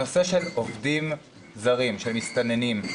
בנושא עובדים זרים, מסתננים.